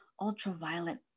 ultraviolet